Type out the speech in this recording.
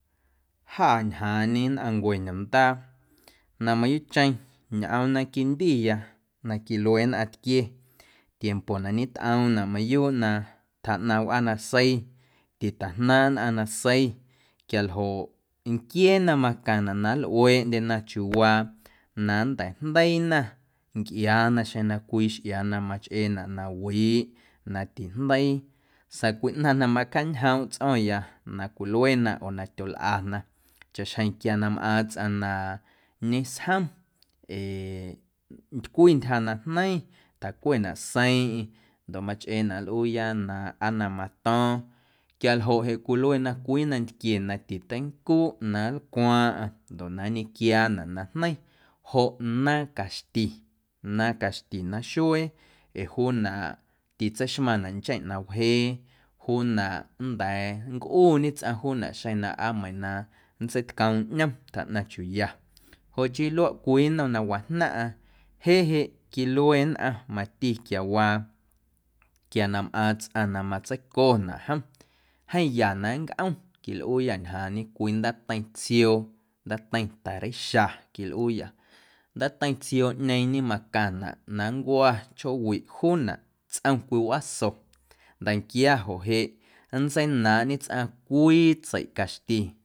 Jâ njaañe nnꞌaⁿncue ñomndaa na mayuuꞌcheⁿ ñꞌoom na quindiya na quilue nnꞌaⁿtquie tiempo na ñetꞌoomnaꞌ mayuuꞌ na tjaꞌnaⁿ wꞌaanasei, titajnaaⁿꞌ nnꞌaⁿ nasei quialjoꞌ nquieena macaⁿnaꞌ na nlꞌueeꞌndyena chiuuwaa na nnteijndeiina ncꞌiaana xeⁿ na cwii xꞌiaana machꞌeenaꞌ na wiiꞌ na tijndeii sa̱a̱ cwii ꞌnaⁿ na macañjoomꞌ tsꞌo̱ⁿya na cwiluena oo na tyolꞌana chaꞌxjeⁿ quia na mꞌaaⁿ tsꞌaⁿ na ñesjom ee ntcwi ntyja na jneiⁿ, tjacwenaꞌ seiiⁿꞌeiⁿ ndoꞌ machꞌeenaꞌ aa na nlꞌuuya na mato̱o̱ⁿ quialjoꞌ jeꞌ cwiluena cwii nantquie na titeincuuꞌ na nlcwaaⁿꞌaⁿ ndoꞌ na nñequiaanaꞌ na jneiⁿ joꞌ naaⁿ catxi, naaⁿ caxti naaⁿ xuee ee juunaꞌ titseixmaⁿnaꞌ ncheⁿꞌ na wjee, juunaꞌ nnda̱a̱ na nncꞌuñe tsꞌaⁿ juunaꞌ xeⁿ na aa meiiⁿ na nntseitcoom ꞌñom tjaꞌnaⁿ chiuuya joꞌ chii luaꞌ cwii nnom na wajnaⁿꞌa. Jeꞌ jeꞌ quilue nnꞌaⁿ mati quiawaa quia na mꞌaaⁿ tsꞌaⁿ na mastseiconaꞌ jom jeeⁿ na nncꞌom quilꞌuuyâ njaaⁿñe cwii ndaateiⁿ tsioo, ndaateiⁿ ta̱reixa quilꞌuuyâ ndaateiⁿ tsiooꞌñeeⁿñe macaⁿnaꞌ na nncwa chjoowiꞌ juunaꞌ tsꞌom cwii wꞌaaso nda̱nquia joꞌ jeꞌ nntseinaaⁿꞌñe tsꞌaⁿ cwii tseiiꞌ caxti.